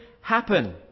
happen